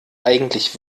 eigentlich